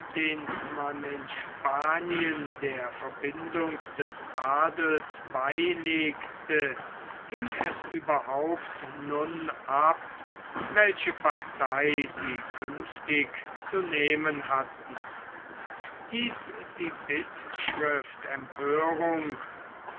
den man in spanien der verbindung des adels beilegte hing es überhaupt nun ab welche partei sie künftig zu nehmen hatten hieß die bittschrift empörung